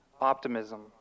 Optimism